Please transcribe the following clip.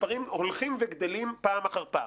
במספרים הולכים וגדלים פעם אחר פעם.